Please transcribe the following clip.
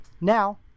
Now